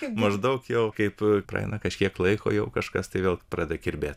maždaug jau kaip praeina kažkiek laiko jau kažkas tai vėl pradeda kirbėt